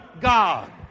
God